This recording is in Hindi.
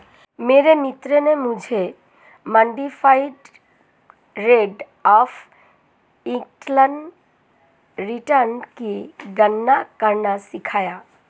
मेरे मित्र ने मुझे modified rate of internal return की गणना करना सिखाया